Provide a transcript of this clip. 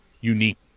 unique